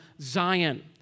Zion